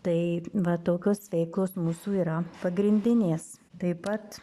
tai va tokios veiklos mūsų yra pagrindinės taip pat